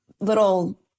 little